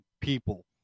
people